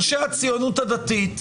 אנשי הציונות הדתית,